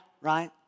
right